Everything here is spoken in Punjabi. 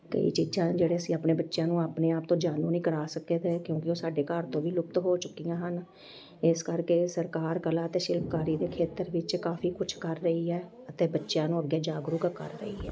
ਕਈ ਚੀਜ਼ਾਂ ਜਿਹੜੇ ਅਸੀਂ ਆਪਣੇ ਬੱਚਿਆਂ ਨੂੰ ਆਪਣੇ ਆਪ ਤੋਂ ਜਾਣੂ ਨਹੀਂ ਕਰਾ ਸਕੇ ਅਤੇ ਕਿਉਂਕਿ ਉਹ ਸਾਡੇ ਘਰ ਤੋਂ ਵੀ ਲੁਪਤ ਹੋ ਚੁੱਕੀਆਂ ਹਨ ਇਸ ਕਰਕੇ ਸਰਕਾਰ ਕਲਾ ਅਤੇ ਸ਼ਿਲਪਕਾਰੀ ਦੇ ਖੇਤਰ ਵਿੱਚ ਕਾਫੀ ਕੁਛ ਕਰ ਰਹੀ ਹੈ ਅਤੇ ਬੱਚਿਆਂ ਨੂੰ ਅੱਗੇ ਜਾਗਰੂਕ ਕਰ ਰਹੀ ਹੈ